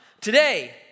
today